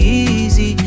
easy